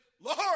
Lord